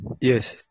Yes